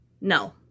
No